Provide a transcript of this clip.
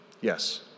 Yes